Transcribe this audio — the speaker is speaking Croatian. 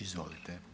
Izvolite.